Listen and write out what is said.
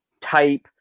type